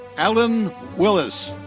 allyn willis.